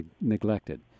neglected